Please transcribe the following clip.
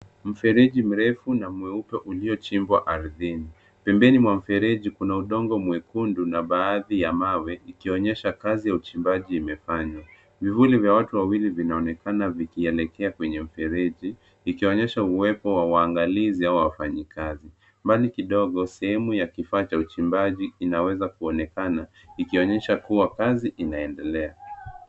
Mfereji mrefu na mweupe uliochimbwa ardhini. Pembeni mwa mfereji kuna udongo mwekundu na baadhi ya mawe, ikionyesha kazi ya uchimbaji imefanywa. Vivuli vya watu wawili vinaonekana vikielekea kwenye mfereji, ikionyesha uwepo wa waangalizi au wafanyakazi. Mbali kidogo sehemu ya kifaa cha uchimbaji inaweza kuonekana, ikionyesha kuwa kazi inaendelea.